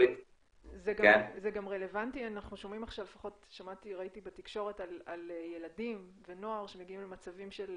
זה גם רלוונטי שמעתי בתקשורת על ילדים ונוער שמגיעים למצבים של